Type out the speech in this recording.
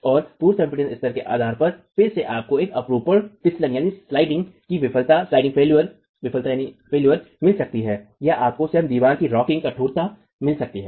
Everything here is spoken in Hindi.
और पूर्व संपीड़न स्तर के आधार पर फिर से आपको एक अपरूपण फिसलन की विफलता मिल सकती है या आपको स्वयं दीवार की रॉकिंगकठोरता मिल सकती है